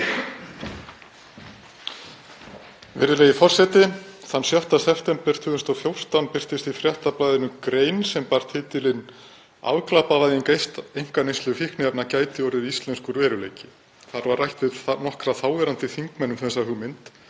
Virðulegur forseti. Þann 6. september 2014 birtist í Fréttablaðinu grein sem bar titilinn „Afglæpavæðing einkaneyslu fíkniefna gæti orðið íslenskur veruleiki“. Þar var rætt við nokkra þáverandi þingmenn um þessa hugmynd